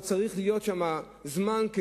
הוא צריך להיות שם זמן מה,